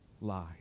lie